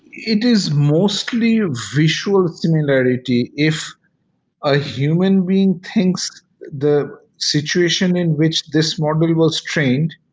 it is mostly visual similarity. if a human being thinks the situation in which this model was trained,